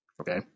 Okay